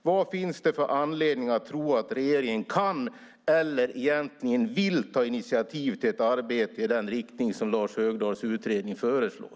Vad finns det för anledning att tro att regeringen kan eller egentligen vill ta initiativ till ett arbete i den riktning som Lars Högdahls utredning föreslår?